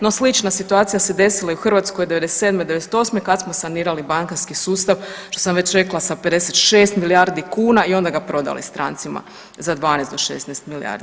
No, slična situacija se desila i u Hrvatskoj '97, '98., kad smo sanirali bankarski sustav što sam već rekla sa 56 milijardi kuna i onda ga prodali strancima za 12 do 16 milijardi.